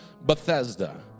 Bethesda